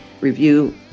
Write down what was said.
Review